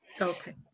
Okay